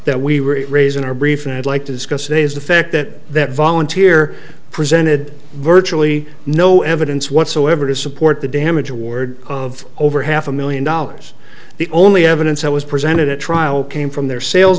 that we were raised in our brief and i'd like to discuss is the fact that that volunteer presented virtually no evidence whatsoever to support the damage award of over half a million dollars the only evidence that was presented at trial came from their sales